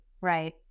right